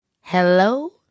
Hello